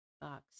box